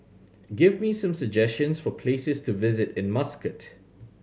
give me some suggestions for places to visit in Muscat